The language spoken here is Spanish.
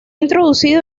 introducido